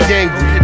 angry